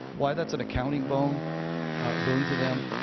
why that's an accounting boon boon to them.